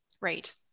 Right